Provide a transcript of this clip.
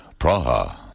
Praha